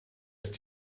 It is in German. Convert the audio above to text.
ist